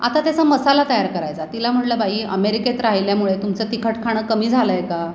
आता त्याचा मसाला तयार करायचा तिला म्हणलं बाई अमेरिकेत राहिल्यामुळे तुमचं तिखट खाणं कमी झालं आहे का